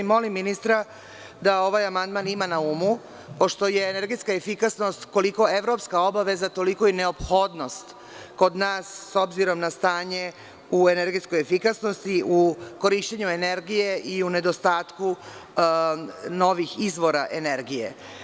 Molim ministra, da ovaj amandman ima na umu, pošto je energetska efikasnost, koliko evropska obaveza toliko i neophodnost kod nas, s obzirom na stanje u energetskoj efikasnosti, u korišćenju energije i u nedostatku novih izvora energije.